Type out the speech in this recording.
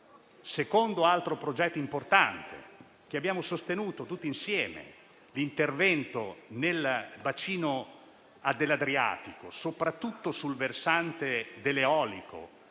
secondo progetto importante che abbiamo sostenuto tutti insieme e che riguarda l'intervento nel bacino dell'Adriatico, soprattutto sul versante dell'eolico,